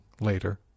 later